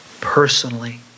Personally